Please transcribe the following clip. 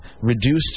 reduced